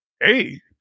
Hey